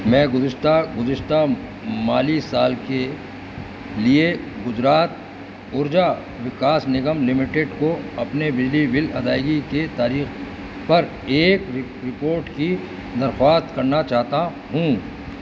میں گزشتہ گزشتہ مالی سال کے لیے گجرات اورجا وکاس نگم لمیٹڈ کو اپنے بجلی بل ادائیگی کے تاریخ پر ایک رپورٹ کی درخواست کرنا چاہتا ہوں